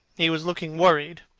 he was looking worried,